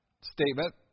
statement